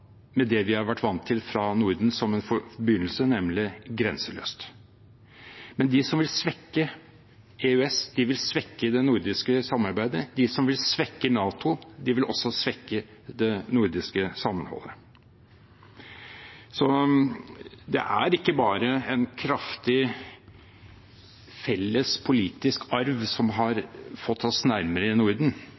med det vi har vært vant til fra Norden fra begynnelsen, nemlig grenseløst. Men de som vil svekke EØS, vil svekke det nordiske samarbeidet. De som vil svekke NATO, vil også svekke det nordiske samholdet. Det er ikke bare en kraftig felles politisk arv som har fått oss i Norden